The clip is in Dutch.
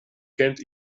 kent